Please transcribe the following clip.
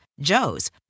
Joe's